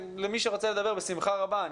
אני בשמחה רבה אתן למי שרוצה לדבר.